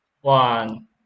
one